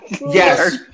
Yes